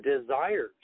desires